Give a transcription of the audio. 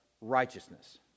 righteousness